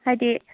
ꯍꯥꯏꯗꯤ